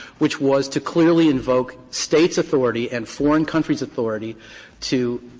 which was to clearly invoke states' authority and foreign countries' authority to